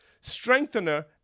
strengthener